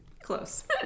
Close